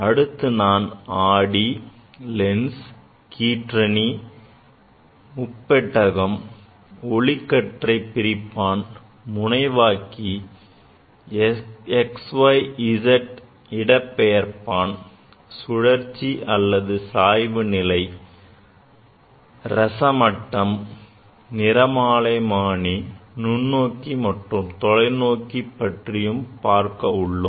அடுத்து நான் ஆடி லென்ஸ் கீற்றணி முப்பட்டகம் ஒளிக்கற்றை பிரிப்பான் முனைவாக்கி x y z இடப்பெயர்பான் சுழற்சி அல்லது சாய்வு நிலை ரசமட்டம் நிறமாலைமானி நுண்ணோக்கி மற்றும் தொலைநோக்கி பற்றியும் பார்க்க உள்ளோம்